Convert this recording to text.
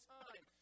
time